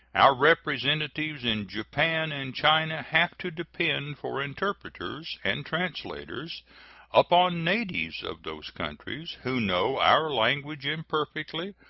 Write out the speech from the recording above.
our representatives in japan and china have to depend for interpreters and translators upon natives of those countries, who know our language imperfectly,